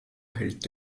hält